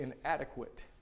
inadequate